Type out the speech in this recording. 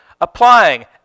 applying